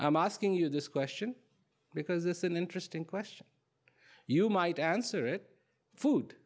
i'm asking you this question because it's an interesting question you might answer it food